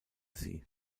sie